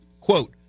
Quote